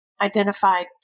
identified